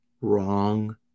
Wrong